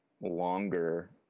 longer